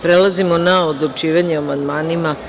Prelazimo na odlučivanje o amandmanima.